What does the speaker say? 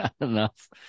enough